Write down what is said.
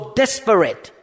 desperate